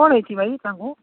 କ'ଣ ହୋଇଛି ଭାଇ ତାଙ୍କୁ